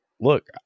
look